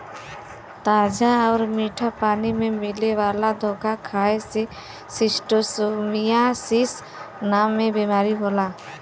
ताजा आउर मीठा पानी में मिले वाला घोंघा खाए से शिस्टोसोमियासिस नाम के बीमारी होला